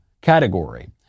category